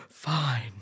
fine